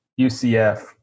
UCF